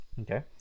Okay